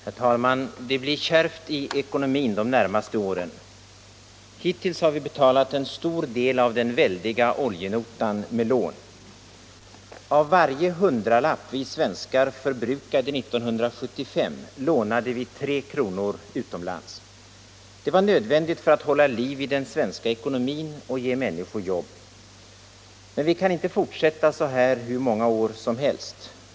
Herr talman! Det blir kärvt i ekonomin de närmaste åren. Hittills har vi betalat en stor del av den väldiga oljenotan med lån. Av varje hundralapp vi svenskar förbrukade 1975 lånade vi tre kronor utomlands. Det var nödvändigt för att hålla liv i den svenska ekonomin och ge människor jobb. Men vi kan inte fortsätta så här hur många år som helst.